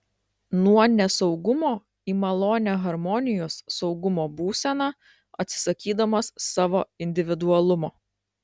nuo nesaugumo į malonią harmonijos saugumo būseną atsisakydamas savo individualumo